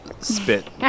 spit